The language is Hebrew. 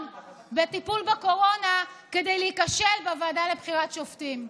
בטיפול בקורונה כדי להיכשל בוועדה לבחירת שופטים.